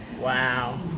Wow